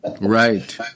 Right